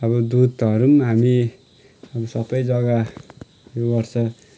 अब दुधहरू पनि हामी अब सबै जग्गा गर्छ